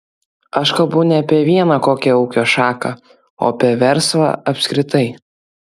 aš kalbu ne apie vieną kokią ūkio šaką o apie verslą apskritai